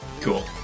cool